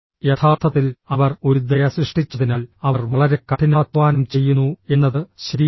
യഥാർത്ഥത്തിൽ അവർ ഒരു ദയ സൃഷ്ടിച്ചതിനാൽ അവർ വളരെ കഠിനാധ്വാനം ചെയ്യുന്നു എന്നത് ശരിയാണ്